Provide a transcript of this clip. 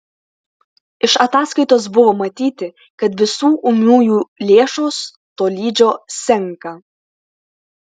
iš ataskaitos buvo matyti kad visų ūmiųjų lėšos tolydžio senka